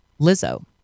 Lizzo